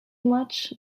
much